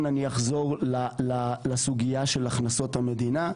אני אחזור לסוגיה של הכנסות המדינה.